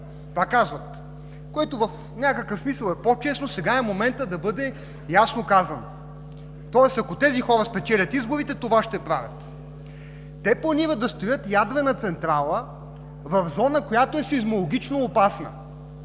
Това казват. Това в някакъв смисъл е по-честно. Сега е моментът да бъде ясно казано. Тоест, ако тези хора спечелят изборите, това ще правят. Те планират да строят ядрена централа в зона, която е сеизмологично опасна.